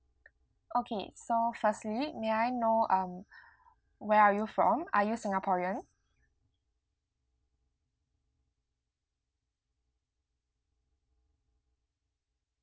okay so firstly may I know um where are you from are you singaporeans